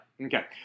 Okay